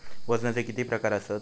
वजनाचे किती प्रकार आसत?